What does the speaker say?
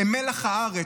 הם מלח הארץ,